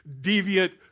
deviant